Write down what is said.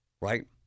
Right